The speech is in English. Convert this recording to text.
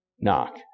knock